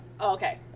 Okay